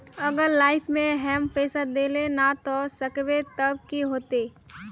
अगर लाइफ में हैम पैसा दे ला ना सकबे तब की होते?